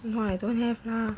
!wah! I don't have lah